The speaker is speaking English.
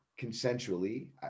consensually